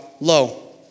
low